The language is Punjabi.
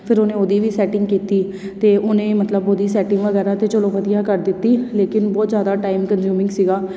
ਫਿਰ ਉਹਨੇ ਉਹਦੀ ਵੀ ਸੈਟਿੰਗ ਕੀਤੀ ਅਤੇ ਉਹਨੇ ਮਤਲਬ ਉਹਦੀ ਸੈਟਿੰਗ ਵਗੈਰਾ ਤਾਂ ਚਲੋ ਵਧੀਆ ਕਰ ਦਿੱਤੀ ਲੇਕਿਨ ਬਹੁਤ ਜ਼ਿਆਦਾ ਟਾਈਮ ਕੰਜ਼ਿਊਮਿੰਗ ਸੀਗਾ